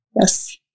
Yes